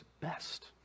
best